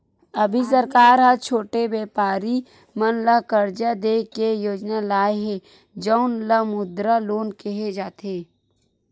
अभी सरकार ह छोटे बेपारी मन ल करजा दे के योजना लाए हे जउन ल मुद्रा लोन केहे जाथे